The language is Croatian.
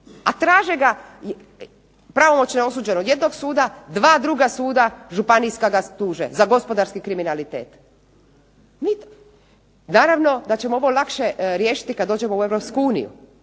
A traže ga, pravomoćno je osuđen od jednog suda, dva druga suda županijska ga tuže za gospodarski kriminalitet. Naravno da ćemo ovo lakše riješiti kada uđemo u Europsku uniju,